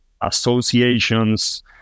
associations